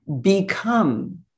become